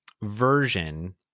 version